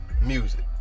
Music